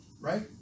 right